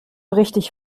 richtig